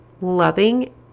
loving